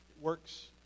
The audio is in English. works